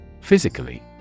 Physically